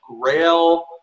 grail